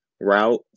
route